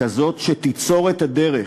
כזאת שתיצור את הדרך,